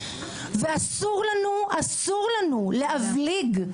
ואסור לנו, אסור לנו, להבליג.